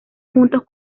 juntos